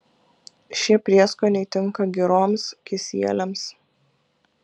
šie prieskoniai tinka giroms kisieliams